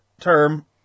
term